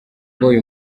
boy